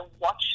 watch